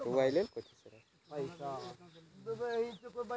एक लाख के केतना ब्याज लगे छै?